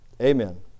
Amen